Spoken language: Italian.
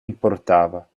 importava